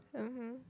mmhmm